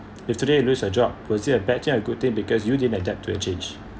if today you lose your job was it a bad thing a good thing because you didn't adapt to the change